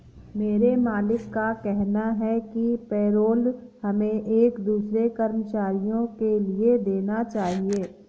मेरे मालिक का कहना है कि पेरोल हमें एक दूसरे कर्मचारियों के लिए देना चाहिए